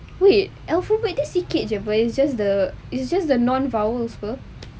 wait alphabet dia sikit jer but it's just the it's just the non vowel [pe]